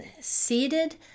seated